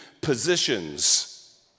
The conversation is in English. positions